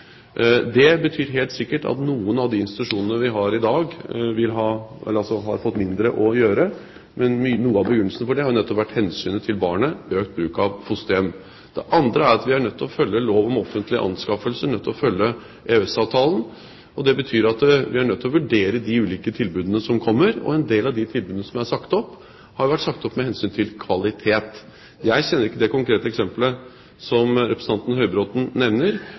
Det betyr helt sikkert at noen av de institusjonene vi har i dag, har fått mindre å gjøre, men noe av begrunnelsen for det har jo nettopp vært hensynet til barnet og økt bruk av fosterhjem. Det andre er at vi er nødt til å følge lov om offentlige anskaffelser, nødt til å følge EØS-avtalen. Det betyr at vi er nødt til å vurdere de ulike tilbudene som kommer, og en del av tilbudene som er sagt opp, har vært sagt opp med hensyn til kvalitet. Jeg kjenner ikke det konkrete eksempelet som representanten Høybråten nevner,